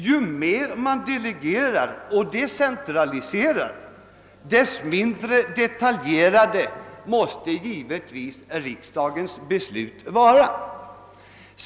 Ju mer man delegerar och decentraliserar, desto mindre detaljerade måste givetvis riksdagens beslut vara.